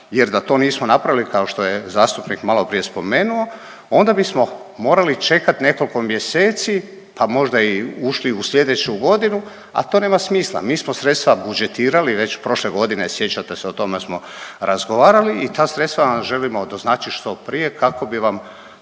jer da to nismo napravili, kao što je zastupnik maloprije spomenuo, onda bismo mogli čekati nekoliko mjeseci pa možda i ušli u sljedeću godinu, a to nema smisla. Mi smo sredstva budžetirali već prošle godine, sjećate se, o tome smo razgovarali i ta sredstva želimo doznačiti što prije kako bi vam,